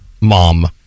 mom